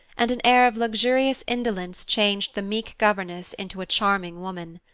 and an air of luxurious indolence changed the meek governess into a charming woman.